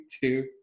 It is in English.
two